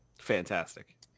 fantastic